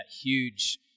huge